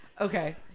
Okay